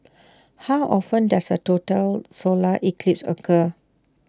how often does A total solar eclipse occur